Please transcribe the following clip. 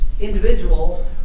individual